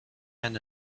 men